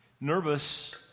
nervous